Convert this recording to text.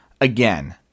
again